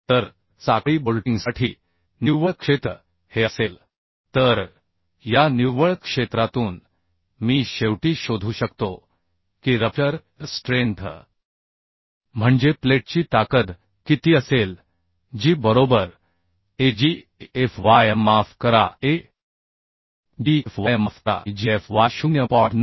तर साखळी बोल्टिंगसाठी निव्वळ क्षेत्र हे असेल तर या निव्वळ क्षेत्रातून मी शेवटी शोधू शकतो की रप्चर स्ट्रेंथ म्हणजे प्लेटची ताकद किती असेल जी बरोबर a g f y माफ करा a g f y माफ करा agfy 0